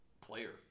player